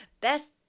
best